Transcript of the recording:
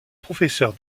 professeur